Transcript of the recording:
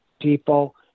people